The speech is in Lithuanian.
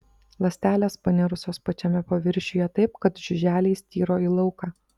ląstelės panirusios pačiame paviršiuje taip kad žiuželiai styro į lauką